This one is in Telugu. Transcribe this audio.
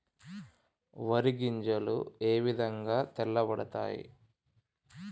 వరి గింజలు ఏ విధంగా తెల్ల పడతాయి?